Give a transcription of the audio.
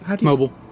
Mobile